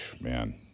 man